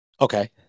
okay